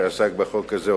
שעסק בחוק הזה,